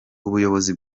ubuyobozi